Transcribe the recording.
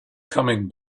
coming